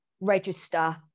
register